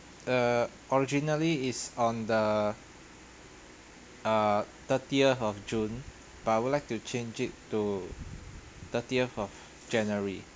uh originally is on the uh thirtieth of june but I would like to change it to thirtieth of january